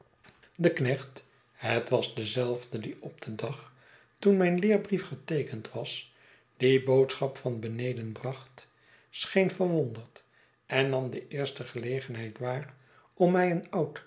de knecht het was dezelfde die op den dag toen mijn leerbrief geteekend was die boodschap van beneden bracht scheen verwonderd en nam de eerste gelegenheid waar om mij een